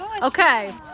Okay